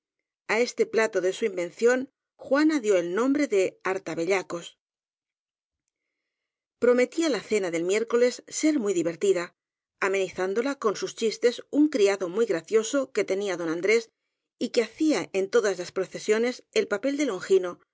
deleite a este plato de su invención juana dió el nombre de hartabellacos prometía la cena del miércoles ser muy diverti da amenizándola con sus chistes un criado muy gracioso que tenía don andrés y que hacía en to das las procesiones el papel de longino